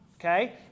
Okay